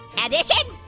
addition?